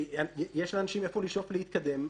שיש לאנשים לאיפה לשאוף להתקדם,